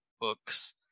books